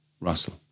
Russell